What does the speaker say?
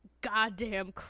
goddamn